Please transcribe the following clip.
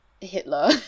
Hitler